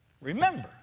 remember